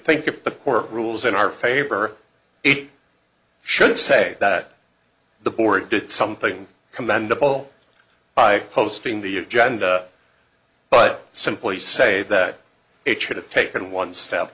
think if the court rules in our favor it should say that the board did something commendable by posting the agenda but simply say that it should have taken one s